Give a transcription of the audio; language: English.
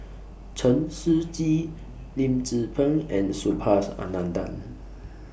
Chen Shiji Lim Tze Peng and Subhas Anandan